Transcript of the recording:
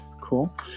Cool